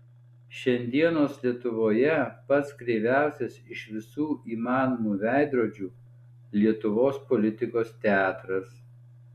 šiandienos lietuvoje pats kreiviausias iš visų įmanomų veidrodžių lietuvos politikos teatras